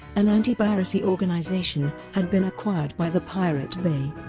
an anti-piracy organisation, had been acquired by the pirate bay.